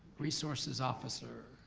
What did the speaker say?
resources officer.